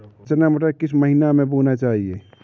रचना मटर किस महीना में बोना चाहिए?